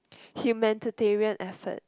humanitarian effort